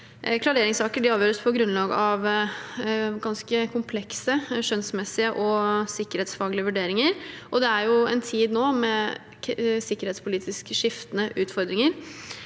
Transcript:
reringssaker avgjøres på grunnlag av ganske komplekse, skjønnsmessige og sikkerhetsfaglige vurderinger, og det er jo en tid nå med sikkerhetspolitisk skiftende utfordringer.